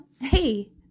hey